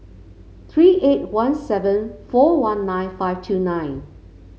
three eight one seven four one nine five two nine